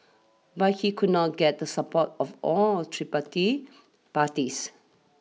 but he could not get the support of all tripartite parties